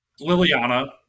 Liliana